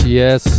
yes